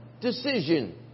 decision